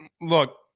look